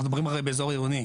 אנחנו מדברים הרי באזור עירוני.